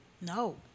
No